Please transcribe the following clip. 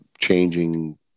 changing